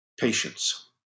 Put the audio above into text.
patience